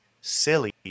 silly